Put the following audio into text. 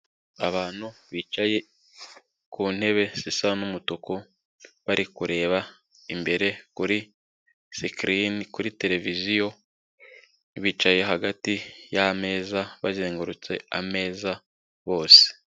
Abantu bicaye ku ntebe zisa n'umutuku, bari kureba imbere kuri sikirini, kuri tereviziyo bicaye hagati y'ameza, bazengurutse ameza bose.